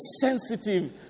sensitive